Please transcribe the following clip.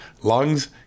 lungs